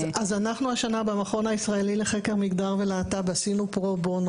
אז אנחנו השנה במכון הישראלי לחקר מגדר ולהט"ב עשינו פרו בונו,